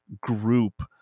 group